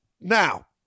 now